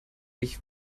ich